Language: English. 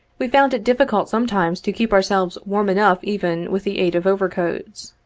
we found it difficult sometimes to keep ourselves warm enough even with the aid of overcoats.